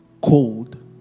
cold